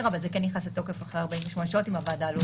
אבל זה כן נכנס לתוקף אחרי 48 שעות אם הוועדה לא אישרה.